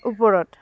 ওপৰত